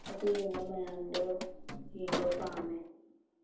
ꯑꯗꯨꯒꯨꯝꯕ ꯃꯌꯥꯝꯗꯣ ꯌꯦꯡꯕ ꯄꯥꯝꯃꯦ